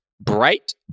Bright